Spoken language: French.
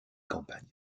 campagne